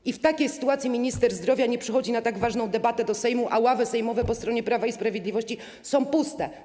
I w takiej sytuacji minister zdrowia nie przychodzi na tak ważną debatę do Sejmu, a ławy sejmowe po stronie Prawa i Sprawiedliwości są puste.